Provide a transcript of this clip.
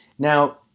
Now